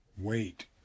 Wait